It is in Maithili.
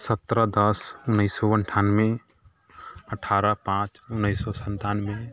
सतरह दस उनैस सओ अनठानवे अठारह पाँच उनैस सओ सनतानवे